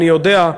אני יודע,